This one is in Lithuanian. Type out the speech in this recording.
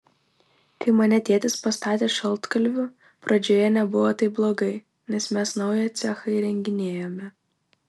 kai mane tėtis pastatė šaltkalviu pradžioje nebuvo taip blogai nes mes naują cechą įrenginėjome